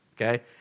okay